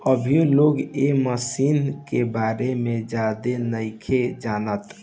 अभीयो लोग ए मशीन के बारे में ज्यादे नाइखे जानत